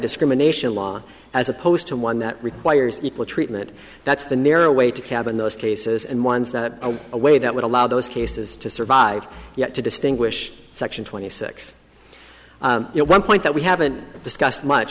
discrimination law as opposed to one that requires equal treatment that's the narrow way to cabin those cases and ones that are a way that would allow those cases to survive yet to distinguish section twenty six you know one point that we haven't discussed much